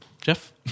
Jeff